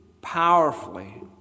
powerfully